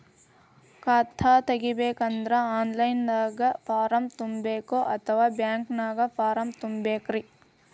ಖಾತಾ ತೆಗಿಬೇಕಂದ್ರ online ದಾಗ ಫಾರಂ ತುಂಬೇಕೊ ಅಥವಾ ಬ್ಯಾಂಕನ್ಯಾಗ ತುಂಬ ಬೇಕ್ರಿ?